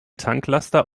tanklaster